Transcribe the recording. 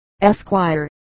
Esquire